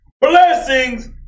Blessings